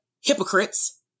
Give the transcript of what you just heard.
hypocrites